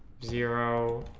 zero